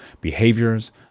behaviors